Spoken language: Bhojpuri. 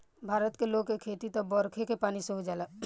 भारत के लोग के खेती त बरखे के पानी से हो जाला